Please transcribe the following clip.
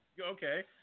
okay